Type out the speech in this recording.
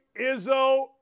Izzo